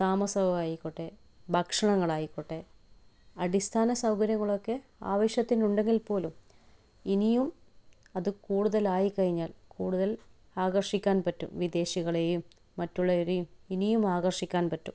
താമസവും ആയിക്കോട്ടെ ഭക്ഷണങ്ങളായിക്കോട്ടെ അടിസ്ഥാന സൗകര്യങ്ങളൊക്കെ ആവശ്യത്തിനുണ്ടെങ്കിൽ പോലും ഇനിയും അത് കൂടുതലായി കഴിഞ്ഞാൽ കൂടുതൽ ആകർഷിക്കാൻ പറ്റും വിദേശികളെയും മറ്റുള്ളവരെയും ഇനിയും ആകർഷിക്കാൻ പറ്റും